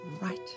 right